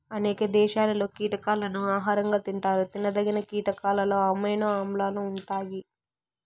అనేక దేశాలలో కీటకాలను ఆహారంగా తింటారు తినదగిన కీటకాలలో అమైనో ఆమ్లాలు ఉంటాయి